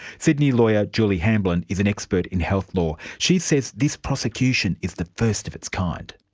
sydney lawyer julie hamblin is an expert in health law. she says this prosecution is the first of its kind.